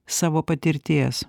savo patirties